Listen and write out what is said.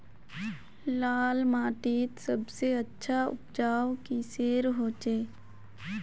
लाल माटित सबसे अच्छा उपजाऊ किसेर होचए?